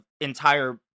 entire